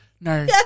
no